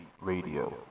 Radio